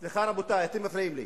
סליחה, רבותי, אתם מפריעים לי.